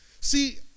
See